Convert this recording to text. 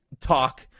Talk